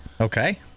Okay